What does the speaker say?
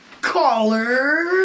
Caller